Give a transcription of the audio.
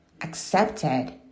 accepted